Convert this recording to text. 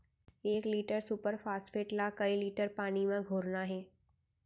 एक litre super phosphate ला कए लीटर पानी मा घोरना हे?